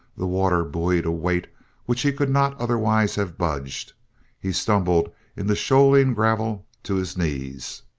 the water buoyed a weight which he could not otherwise have budged he stumbled in the shoaling gravel to his knees,